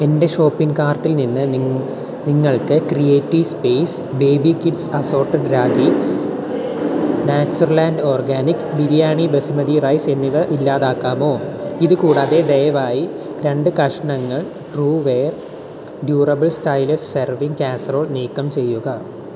എന്റെ ഷോപ്പിംഗ് കാർട്ടിൽ നിന്ന് നിങ്ങൾക്ക് creative space baby kids assorted rakhi Natureland organics biryani basmati rice എന്നിവ ഇല്ലാതാക്കാമോ ഇത് കൂടാതെ ദയവായി രണ്ട് കഷണങ്ങൾ Trueware durable styles serving casserole നീക്കം ചെയ്യുക